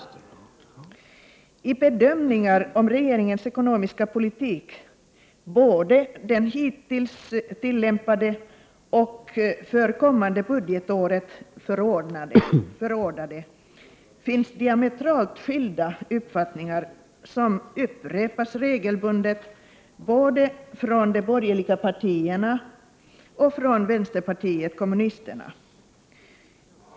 Vid bedömningar av regeringens ekonomiska politik — både den hittills tillämpade och den för kommande budgetåret förordade — finns det diametralt skilda uppfattningar, vilka regelbundet upprepas både från de borgerliga partierna och från vänsterpartiet kommunisterna.